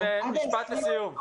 משפט לסיום.